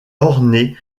ornée